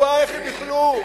איך הם יוכלו?